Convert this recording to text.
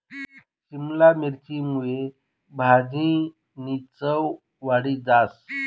शिमला मिरची मुये भाजीनी चव वाढी जास